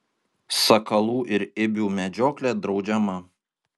sakalų ir ibių medžioklė draudžiama